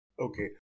Okay